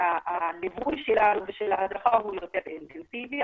והליווי של ההדרכה יותר אינטנסיבי,